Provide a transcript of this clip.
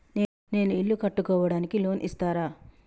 నేను ఇల్లు కట్టుకోనికి లోన్ ఇస్తరా?